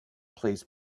plays